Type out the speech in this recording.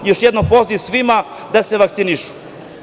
Još jednom – poziv svima da se vakcinišu.